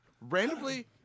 randomly